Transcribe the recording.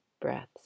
breaths